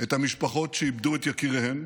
את המשפחות שאיבדו את יקיריהן,